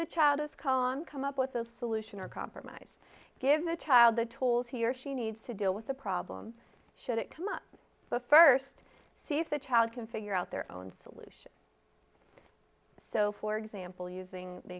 the child is khon come up with a solution or compromise give the child the tools he or she needs to deal with the problem should it come up but first see if the child can figure out their own solution so for example using the